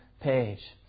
page